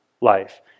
life